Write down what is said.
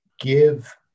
give